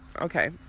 Okay